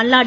Malladi